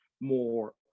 more